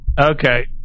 Okay